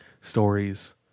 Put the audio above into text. stories